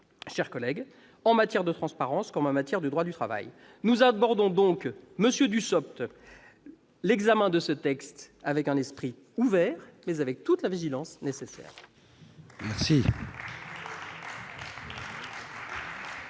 chers collègues, en matière de transparence comme en matière du droit du travail ! Nous abordons donc, monsieur Dussopt, l'examen de ce texte dans un esprit ouvert, mais avec toute la vigilance nécessaire.